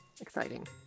exciting